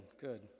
good